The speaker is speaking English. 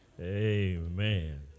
Amen